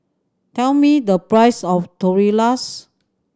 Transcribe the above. tell me the price of Tortillas